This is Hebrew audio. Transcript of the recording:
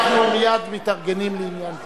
אנחנו מייד מתארגנים לעניין זה.